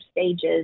stages